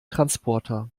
transporter